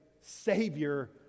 savior